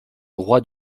droit